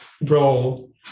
role